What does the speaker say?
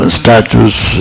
statues